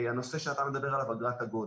הנושא שאתה מדבר עליו, אגרת הגודש,